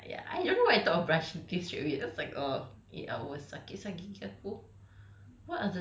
I think ah ya I don't know why I thought of brushing teeth straightaway that's like ugh eight hours sakit sia gigi aku